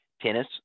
tennis